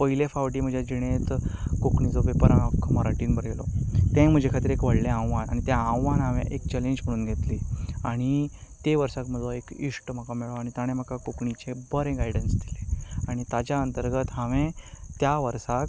पयले फावटी म्हजे जिणेंत कोंकणीचो पेपर हांवें मराठींत बरयलो तेंवूय म्हजे खातीर एक व्हडलें आव्हान आनी तें आव्हान हांवें एक चॅलेंज म्हणून घेतली आनी त्या वर्साक म्हजो एक इश्ट म्हाका मेळ्ळो आनी ताणें म्हाका कोंकणीचें बरें गायडंस दिलें आनी ताच्या अंतर्गत हांवें त्या वर्साक